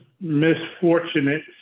misfortunate